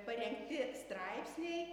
parengti straipsniai